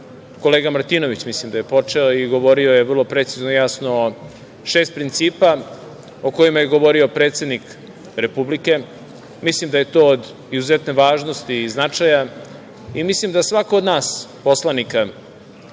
kolega Martinović mislim da je počeo, govorio je vrlo precizno i jasno šest principa o kojima je govorio predsednik Republike. Mislim da je to od izuzetne važnosti i značaja. Mislim da svako od nas poslanika